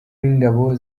w’ingabo